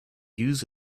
used